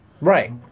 Right